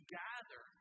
gather